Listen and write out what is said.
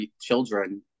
children